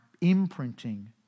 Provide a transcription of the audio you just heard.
imprinting